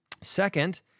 Second